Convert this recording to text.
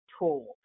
tool